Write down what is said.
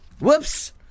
whoops